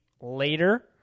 later